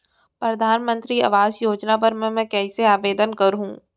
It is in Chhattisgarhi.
परधानमंतरी आवास योजना बर मैं कइसे आवेदन करहूँ?